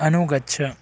अनुगच्छ